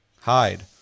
hide